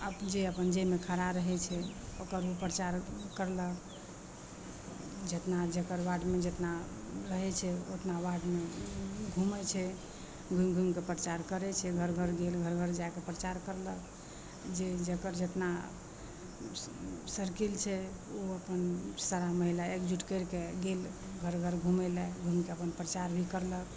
आब जे अपन जाहिमे खड़ा रहै छै ओकर ओ परचार करलक जतना जकर वार्डमे जतना रहै छै अपना वार्डमे घुमै छै घुमि घुमिके परचार करै छै घर घर गेल घर घर जाके परचार करलक जे जकर जितना अपन सर सर्किल छै ओ अपन सारा महिला एकजुट करिके गेल घर घर घुमैलए घुमिके अपन परचार भी करलक